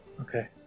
Okay